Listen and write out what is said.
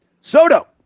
Soto